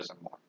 more